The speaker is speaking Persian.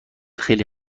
خیلی